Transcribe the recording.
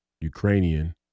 Ukrainian